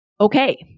Okay